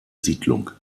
siedlung